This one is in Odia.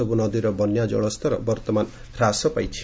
ସବ୍ର ନଦୀର ବନ୍ୟା ଜଳ ସ୍ତର ବର୍ତ୍ତମାନ ହ୍ରାସ ପାଇଛି